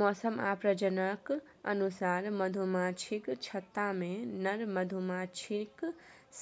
मौसम आ प्रजननक अनुसार मधुमाछीक छत्तामे नर मधुमाछीक